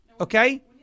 okay